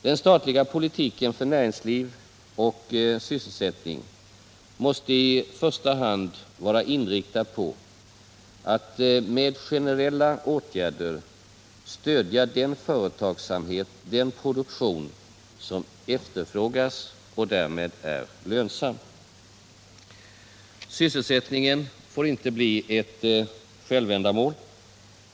Den statliga politiken för näringsliv och sysselsättning måste i första hand vara inriktad på att med generella åtgärder stödja den företagsamhet och den produktion som efterfrågas och därmed är lönsam. Sysselsättningen får inte bli ett självändamål.